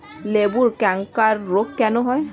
লেবুর ক্যাংকার রোগ কেন হয়?